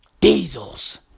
Diesel's